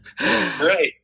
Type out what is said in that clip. Right